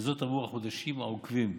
וזאת בעבור החודשים העוקבים.